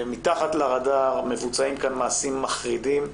מתחת לרדאר מבוצעים כאן מעשים מחרידים,